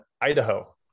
Idaho